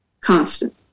constant